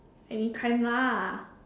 anytime lah